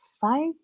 five